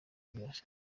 byose